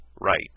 Right